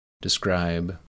Describe